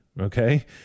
Okay